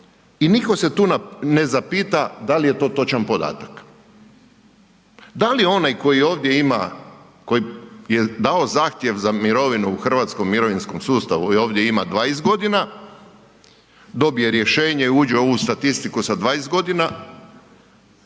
i nitko se tu ne zapita da li je to točan podatak. Da li onaj koji ovdje ima, koji je dao zahtjev za mirovinu u hrvatskom mirovinskom sustavu i ovdje ima 20 g., dobije rješenje, uđe u ovu statistiku sa 20 g.,